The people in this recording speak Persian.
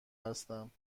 هستم